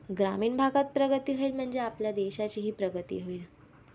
ग्रामीण भागात प्रगती होईल म्हणजे आपल्या देशाचीही प्रगती होईल